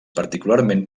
particularment